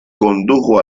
condujo